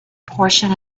portion